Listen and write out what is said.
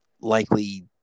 likely